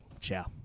ciao